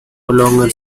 longer